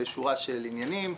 בשורה של עניינים.